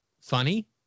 funny